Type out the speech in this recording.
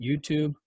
youtube